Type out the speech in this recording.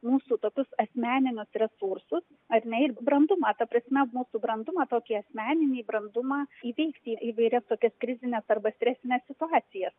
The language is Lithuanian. mūsų tokius asmeninius resursus ar ne ir brandumą ta prasme mūsų brandumą tokį asmeninį brandumą įveikti įvairias tokias krizines arba stresines situacijas